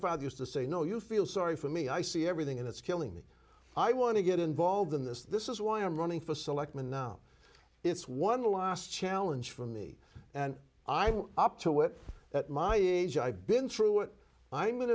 father used to say no you feel sorry for me i see everything and it's killing me i want to get involved in this this is why i'm running for selectman now it's one last challenge for me and i've been up to it at my age i've been through it i'm